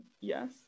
Yes